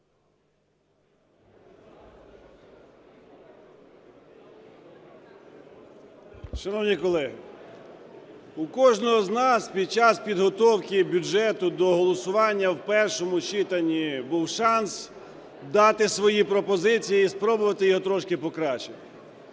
Шановні колеги, у кожного з нас під час підготовки бюджету до голосування в першому читанні був шанс дати свої пропозиції і спробувати його трошки покращити.